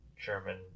German